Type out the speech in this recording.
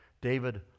David